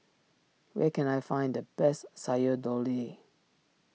where can I find the best Sayur Lodeh